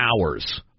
hours